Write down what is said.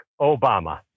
Obama